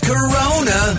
Corona